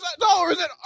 dollars